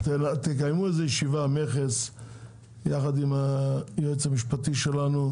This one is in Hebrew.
שתקיימו ישיבה עם המכס ויחד עם היועץ המשפטי שלנו,